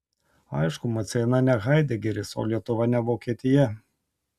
aišku maceina ne haidegeris o lietuva ne vokietija